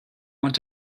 want